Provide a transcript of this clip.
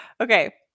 Okay